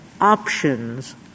options